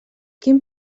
quin